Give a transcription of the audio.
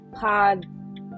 Pod